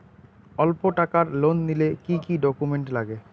অল্প টাকার লোন নিলে কি কি ডকুমেন্ট লাগে?